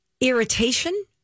irritation